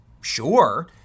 sure